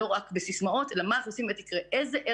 לא רק בסיסמאות אלא מה אנחנו עושים כדי שזה באמת יקרה.